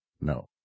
No